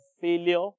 failure